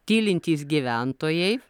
tylintys gyventojai